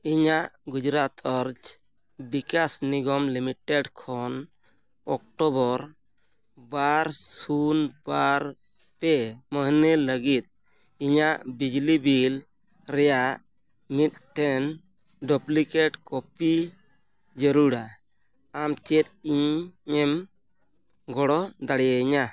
ᱤᱧᱟᱹᱜ ᱜᱩᱡᱽᱨᱟᱴ ᱩᱨᱡᱟ ᱵᱤᱠᱟᱥ ᱱᱤᱜᱚᱢ ᱞᱤᱢᱤᱴᱮᱰ ᱠᱷᱚᱱ ᱚᱠᱴᱳᱵᱚᱨ ᱵᱟᱨ ᱥᱩᱱ ᱵᱟᱨ ᱯᱮ ᱢᱟᱹᱦᱱᱟᱹ ᱞᱟᱹᱜᱤᱫ ᱤᱧᱟᱹᱜ ᱵᱤᱡᱽᱞᱤ ᱵᱤᱞ ᱨᱮᱱᱟᱜ ᱢᱤᱫᱴᱮᱱ ᱰᱩᱯᱞᱤᱠᱮᱴ ᱠᱚᱯᱤ ᱡᱟᱹᱨᱩᱲᱟ ᱟᱢ ᱪᱮᱫ ᱤᱧᱮᱢ ᱜᱚᱲᱚ ᱫᱟᱲᱮᱭᱟᱹᱧᱟᱹ